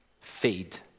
feed